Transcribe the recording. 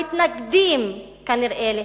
המתנגדים כנראה,